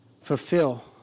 fulfill